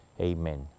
Amen